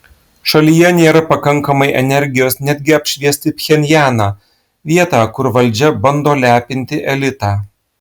šalyje nėra pakankamai energijos netgi apšviesti pchenjaną vietą kur valdžia bando lepinti elitą